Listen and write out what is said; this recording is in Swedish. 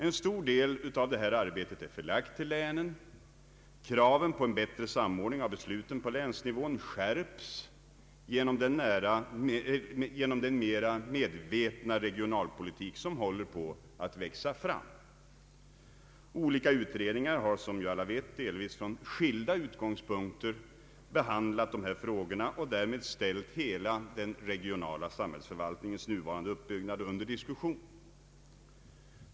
En stor del av detta arbete är förlagt till länen. Kraven på en bättre samordning av besluten på länsnivå skärps genom den mera medvetna regionalpolitik som håller på att växa fram. Olika utredningar har, som alla vet, delvis från skilda utgångspunkter behandlat dessa frågor och därmed ställt hela den regionala samhällsförvaltningens nuvarande uppbyggnad under diskussion.